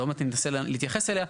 ועוד מעט ננסה להתייחס אליה,